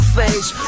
face